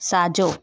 साॼो